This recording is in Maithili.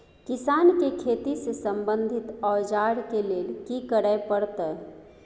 किसान के खेती से संबंधित औजार के लेल की करय परत?